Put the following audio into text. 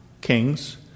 kings